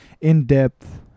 in-depth